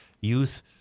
youth